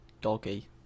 Doggy